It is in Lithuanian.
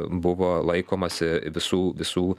buvo laikomasi visų visų